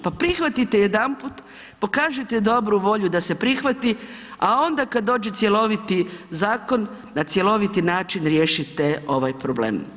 Pa prihvatite jedanput, pokažite dobru volju da se prihvati a onda kada dođe cjeloviti zakon na cjeloviti način riješite ovaj problem.